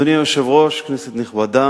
1 2. אדוני היושב-ראש, כנסת נכבדה,